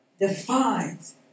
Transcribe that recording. defines